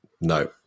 no